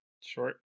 short